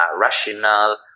rational